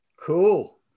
Cool